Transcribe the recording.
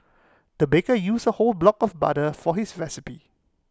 the baker used A whole block of butter for his recipe